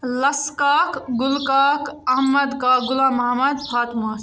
Lassa Kak Gula Kak Ahmad Kak Ghulam Mohammad Fatima